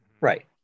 right